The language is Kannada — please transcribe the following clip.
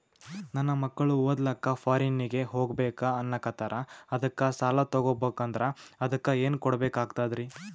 ನನ್ನ ಮಕ್ಕಳು ಓದ್ಲಕ್ಕ ಫಾರಿನ್ನಿಗೆ ಹೋಗ್ಬಕ ಅನ್ನಕತ್ತರ, ಅದಕ್ಕ ಸಾಲ ತೊಗೊಬಕಂದ್ರ ಅದಕ್ಕ ಏನ್ ಕೊಡಬೇಕಾಗ್ತದ್ರಿ?